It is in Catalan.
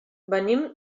venim